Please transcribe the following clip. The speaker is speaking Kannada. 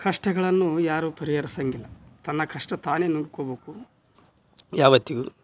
ಕಷ್ಟಗಳನ್ನು ಯಾರು ಪರಿಹರ್ಸೋಂಗಿಲ್ಲ ತನ್ನ ಕಷ್ಟ ತಾನೇ ನುಂಗ್ಕೋಬೇಕು ಯಾವತ್ತಿಗೂ